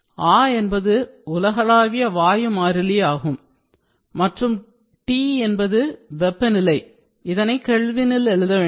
R என்பது உலகளாவிய வாயு மாறிலி universal gas constant மற்றும் T என்பது வெப்பநிலைகெல்வினில் எழுத வேண்டும்